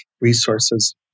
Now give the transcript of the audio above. resources